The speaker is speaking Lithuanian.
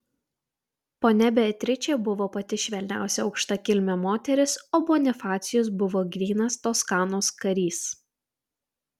ponia beatričė buvo pati švelniausia aukštakilmė moteris o bonifacijus buvo grynas toskanos karys